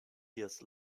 years